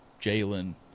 Jalen